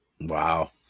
Wow